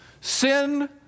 Sin